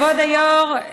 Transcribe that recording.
כבוד היו"ר,